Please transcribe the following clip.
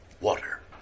water